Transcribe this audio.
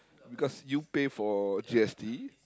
because you pay for G_S_T